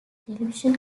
television